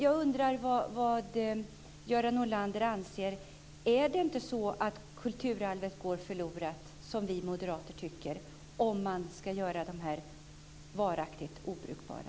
Jag undrar vad Göran Norlander anser. Är det inte så att kulturarvet går förlorat, som vi moderater tycker, om man ska göra dem varaktigt obrukbara?